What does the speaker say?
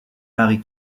marie